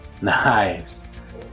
Nice